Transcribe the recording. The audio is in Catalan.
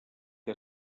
que